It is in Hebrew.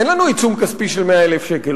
אין לנו עיצום כספי של 100,000 שקל,